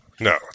no